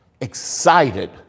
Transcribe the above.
excited